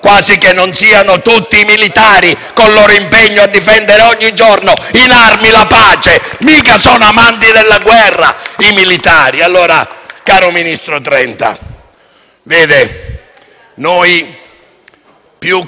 quasi che non siano tutti i militari, con il loro impegno, a difendere ogni giorno in armi la pace! Non sono certo amanti della guerra, i militari!